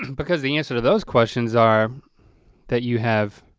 because the answer to those questions are that you have,